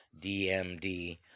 DMD